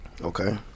okay